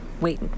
wait